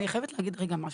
אני חייבת להגיד שנייה משהו,